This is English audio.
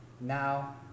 Now